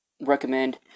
recommend